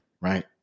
Right